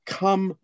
come